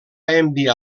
enviar